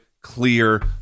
clear